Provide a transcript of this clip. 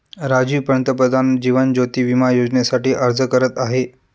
राजीव पंतप्रधान जीवन ज्योती विमा योजनेसाठी अर्ज करत आहे